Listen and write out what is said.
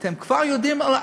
אתם כבר יודעים?